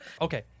Okay